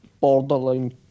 borderline